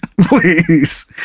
please